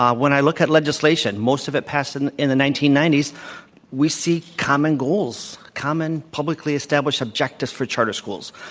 um when i look at legislation most of it passed and in the nineteen ninety s we see common goals, common publicly-established objectives for charter schools.